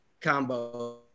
combo